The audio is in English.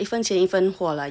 ya 一分钱一分货